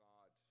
God